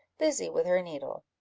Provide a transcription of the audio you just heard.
busy with her needle.